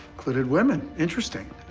included women. interesting.